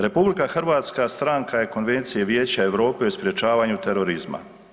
RH stranke je Konvencije Vijeća EU o sprječavanju terorizma.